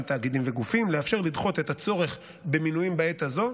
תאגידים וגופים ולאפשר לדחות את הצורך במינויים בעת הזו,